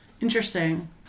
interesting